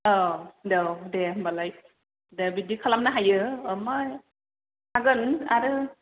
औ औ दे ओमबालाय दे बिदि खालामनो हायो आमफाय हागोन आरो